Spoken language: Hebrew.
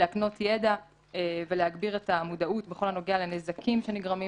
להקנות ידע ולהגביר את המודעות בכל הנוגע לנזקים שנגרמים